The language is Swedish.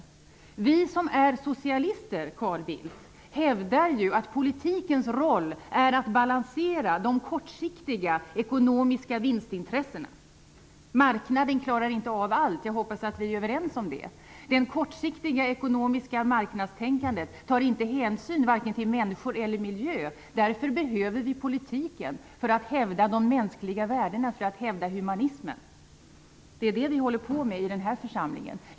Vi som är socialister hävdar ju, Carl Bildt, att politikens roll är att balansera de kortsiktiga ekonomiska vinstintressena. Marknaden klarar inte av allt - jag hoppas att vi är överens om det. Det kortsiktiga ekonomiska marknadstänkandet tar inte hänsyn till varken människor eller miljö, och därför behöver vi politiken för att hävda de mänskliga värdena och humanismen. Det är det vi håller på med i den här församlingen.